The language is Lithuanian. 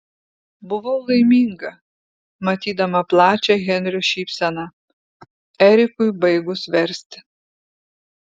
buvau laiminga matydama plačią henrio šypseną erikui baigus versti